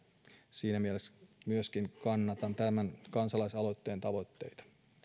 siinä mielessä myöskin kannatan tämän kansalaisaloitteen tavoitteita